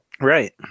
Right